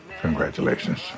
Congratulations